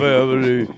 Family